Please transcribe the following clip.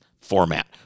format